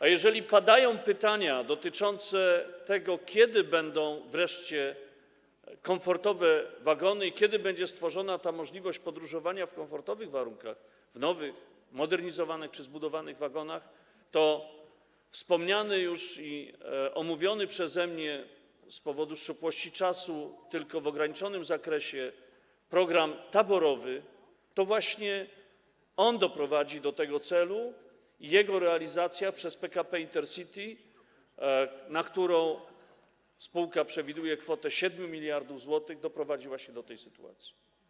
A jeżeli padają pytania dotyczące tego, kiedy wreszcie będą komfortowe wagony i kiedy będzie stworzona możliwość podróżowania w komfortowych warunkach, w nowych, zmodernizowanych czy zbudowanych wagonach, to wspomniany już i omówiony przeze mnie, z powodu szczupłości czasu tylko w ograniczonym zakresie, program taborowy właśnie doprowadzi do tego celu, i jego realizacja przez PKP Intercity, na którą spółka przewiduje kwotę 7 mld zł, doprowadziła do tej sytuacji.